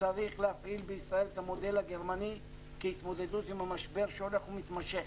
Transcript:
שצריך להפעיל בישראל את המודל הגרמני כהתמודדות עם המשבר שהולך ומתמשך.